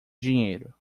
dinheiro